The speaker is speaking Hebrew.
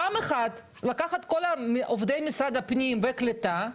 פעם אחת צריך לקחת את כל עובדי משרד הפנים ומשרד העלייה והקליטה,